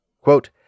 Quote